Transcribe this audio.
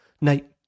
night